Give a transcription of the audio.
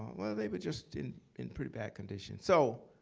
well, they were just in in pretty bad condition. so